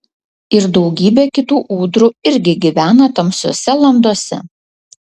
ir daugybė kitų ūdrų irgi gyvena tamsiose landose